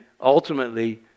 ultimately